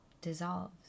dissolves